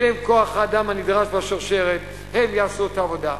אלה הם כוח האדם הנדרש בשרשרת, הם יעשו את העבודה.